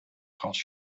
called